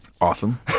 Awesome